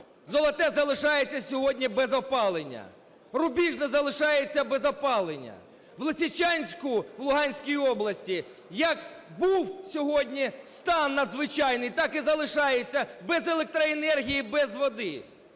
Золоте залишається сьогодні без опалення. Рубіжне залишається без опалення. В Лисичанську в Луганській області як був сьогодні стан надзвичайний, так і залишається: без електроенергії, без води.